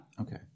Okay